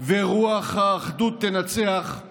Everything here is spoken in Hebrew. ורוח האחדות ינצחו